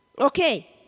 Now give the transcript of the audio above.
Okay